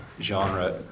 genre